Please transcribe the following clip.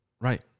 Right